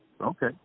Okay